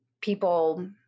people